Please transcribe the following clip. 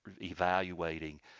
evaluating